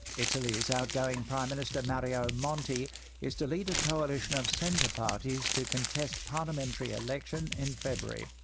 italy's outgoing prime minister mario monti is to lead a coalition of centre parties to contest parliamentary election in february.